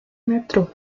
metrô